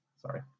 Sorry